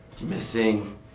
Missing